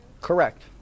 Correct